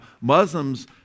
Muslims